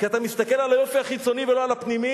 כי אתה מסתכל על היופי החיצוני ולא על הפנימי,